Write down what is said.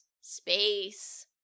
space